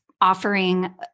offering